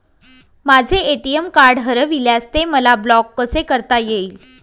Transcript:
माझे ATM card हरविल्यास ते मला ब्लॉक कसे करता येईल?